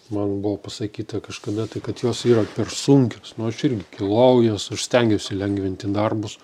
man buvo pasakyta kažkada tai kad jos yra per sunkios nu aš irgi kilojau jas aš stengiausi lengvinti darbus